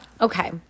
Okay